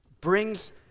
brings